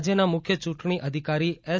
રાજ્યના મુખ્ય ચૂંટણી અધિકારી એસ